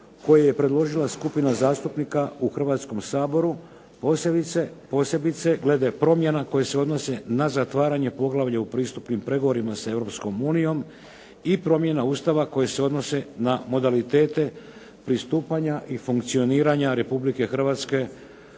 koje je predložila skupina zastupnika u Hrvatskom saboru, posebice glede promjena koje se odnose na zatvaranje poglavlja u pristupnim pregovorima sa Europskom unijom i promjena Ustava koje se odnose na modalitete pristupanja i funkcioniranja Republike Hrvatske